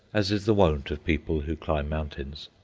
as is the wont of people who climb mountains.